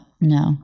No